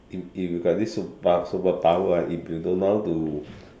if if you got this superpo~ superpower ah if you don't know how to